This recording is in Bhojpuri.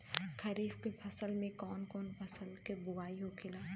खरीफ की फसल में कौन कौन फसल के बोवाई होखेला?